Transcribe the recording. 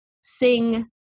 sing